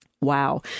Wow